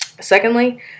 Secondly